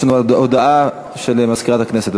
לקריאה מוקדמת, יש לנו הודעה של מזכירת הכנסת.